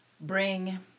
bring